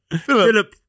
Philip